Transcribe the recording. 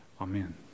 Amen